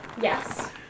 Yes